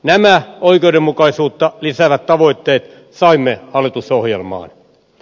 nämä oikeudenmukaisuutta lisäävät tavoitteet saimme hallitusohjelmaan